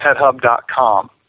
pethub.com